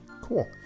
cool